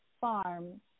farm